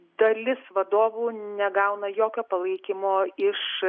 dalis vadovų negauna jokio palaikymo iš